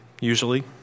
usually